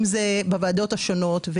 אם זה בוועדות השונות,